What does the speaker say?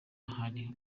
ahari